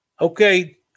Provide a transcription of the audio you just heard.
Okay